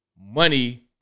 money